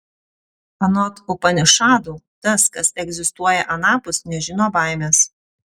anot upanišadų tas kas egzistuoja anapus nežino baimės